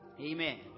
Amen